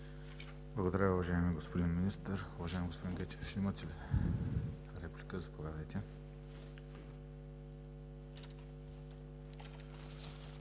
Благодаря, уважаеми господин Министър. Уважаеми господин Гечев, ще имате ли реплика? Заповядайте.